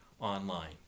online